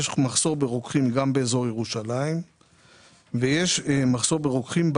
יש מחסור ברוקחים גם באזור ירושלים וגם בדרום.